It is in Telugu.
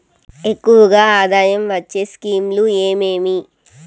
ఎక్కువగా ఆదాయం వచ్చే స్కీమ్ లు ఏమేమీ?